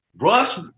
Russ